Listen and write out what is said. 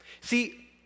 See